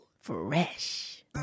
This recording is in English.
Fresh